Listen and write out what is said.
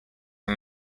are